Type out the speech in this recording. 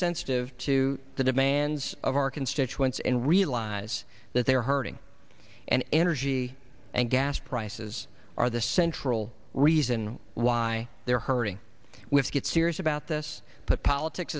sensitive to the demands of our constituents and realize that they are hurting and energy and gas prices are the central reason why they're hurting with get serious about this put politics